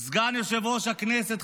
סגן יושב-ראש הכנסת,